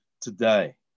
today